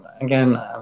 again